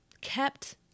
kept